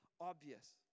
obvious